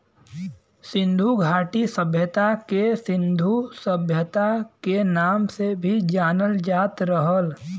सिन्धु घाटी सभ्यता के सिन्धु सभ्यता के नाम से भी जानल जात रहल